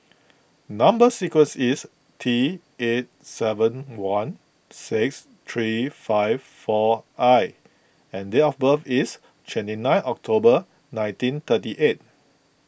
Number Sequence is T eight seven one six three five four I and date of birth is twenty nine October nineteen thirty eight